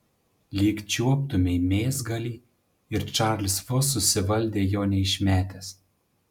lyg čiuoptumei mėsgalį ir čarlis vos susivaldė jo neišmetęs